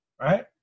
right